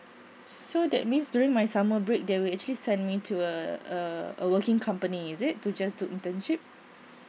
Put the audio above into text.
so that means during my summer break they will actually send me to a uh a working company is it to just to internship